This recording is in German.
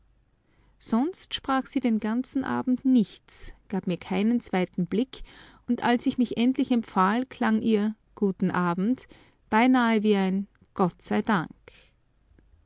sonst sprach sie den ganzen abend nichts gab mir keinen zweiten blick und als ich mich endlich empfahl klang ihr guten abend beinahe wie ein gott sei dank